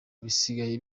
bisigaye